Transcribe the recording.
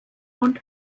und